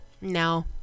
No